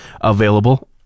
Available